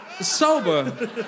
sober